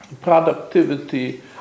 productivity